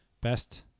best